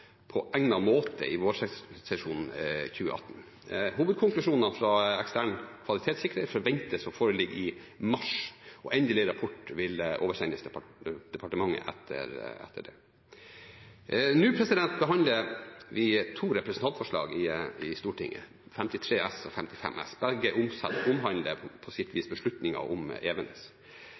på egnet måte i vårsesjonen 2018. Hovedkonklusjonene fra den eksterne kvalitetssikreren forventes å foreligge i mars, og endelig rapport vil oversendes departementet etter det. Det er to representantforslag til behandling i Stortinget, Dokument 8:53 S for 2017–2018 og Dokument 8:55 S for 2017–2018, som begge på sitt vis omhandler beslutningen om Evenes.